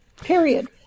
Period